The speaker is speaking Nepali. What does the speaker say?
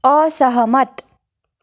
असहमत